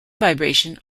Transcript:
vibration